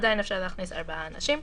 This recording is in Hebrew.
עדיין אפשר להכניס ארבעה אנשים.